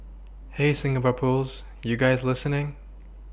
hey Singapore pools you guys listening